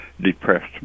depressed